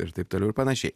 ir taip toliau ir panašiai